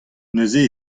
neuze